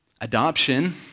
Adoption